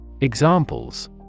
Examples